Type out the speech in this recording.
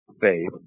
faith